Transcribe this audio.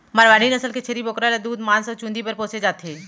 मारवारी नसल के छेरी बोकरा ल दूद, मांस अउ चूंदी बर पोसे जाथे